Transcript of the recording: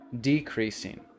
decreasing